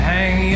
Hang